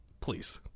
Please